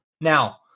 Now